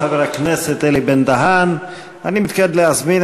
מורשת רבין היא לשבור את